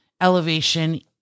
elevation